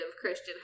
Christian